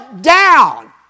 down